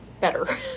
better